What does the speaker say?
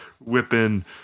Whipping